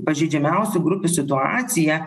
pažeidžiamiausių grupių situaciją